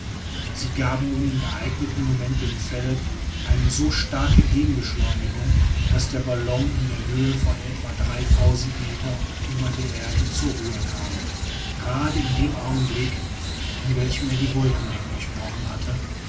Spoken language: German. sie gaben nun im geeigneten moment dem feld eine so starke gegenbeschleunigung daß der ballon in der höhe von etwa dreitausend meter über der erde zur ruhe kam gerade in dem augenblick in welchem er die wolkendecke durchbrochen hatte